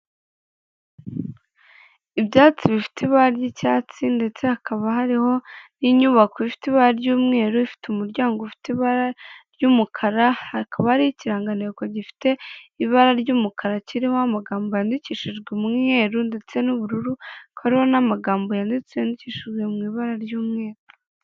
Ibyatsi bifite ibara ry'icyatsi, ndetse hakaba hariho n'inyubako ifite ibara ry'umweru, ifite umuryango ufite ibara ry'umukara, hakaba hari ikiranganteko gifite ibara ry'umukara kiririmo amagambo yandikishijwe umweru ndetse n'ubururu, hakaba hariho n'amagambo yanditse yandikishijwe mu ibara ry'umweru.